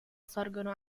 sorgono